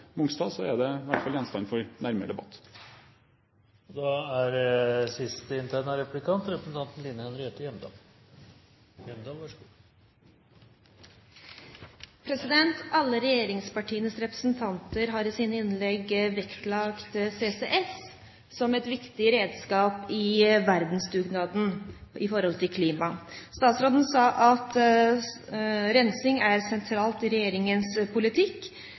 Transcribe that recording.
Mongstad, er det i hvert fall gjenstand for nærmere debatt. Alle regjeringspartienes representanter har i sine innlegg vektlagt CCS som et viktig redskap i verdensdugnaden med tanke på klimaet. Statsråden sa at rensing er sentralt i regjeringens politikk,